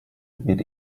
wird